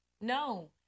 No